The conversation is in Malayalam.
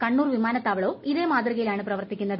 കണ്ണൂർ വിമാനത്താവളവും ഇതേ മാതൃകയിലാണ് പ്രവർത്തിക്കുന്നത്